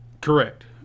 Correct